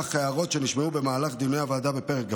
לנוכח הערות שנשמעו במהלך דיוני הוועדה בפרק כ"ג,